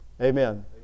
Amen